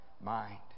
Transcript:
mind